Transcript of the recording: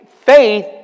faith